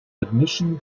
admission